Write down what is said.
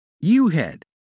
u-head